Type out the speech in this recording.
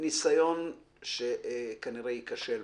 זה ניסיון שכנראה ייכשל בהצבעה.